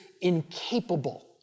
incapable